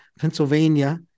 Pennsylvania